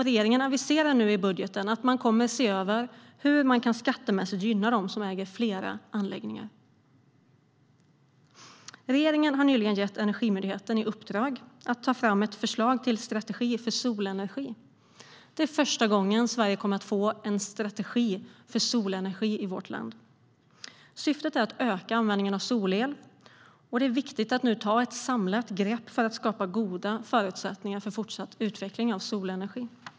Regeringen aviserar nu i budgeten att man kommer att se över hur man skattemässigt kan gynna dem som äger flera anläggningar. Regeringen har nyligen gett Energimyndigheten i uppdrag att ta fram ett förslag till strategi för solenergi. Det är första gången som Sverige kommer att få en strategi för solenergi. Syftet är att öka användningen av solel. Det är viktigt att nu ta ett samlat grepp för att skapa goda förutsättningar för fortsatt utveckling av solenergi.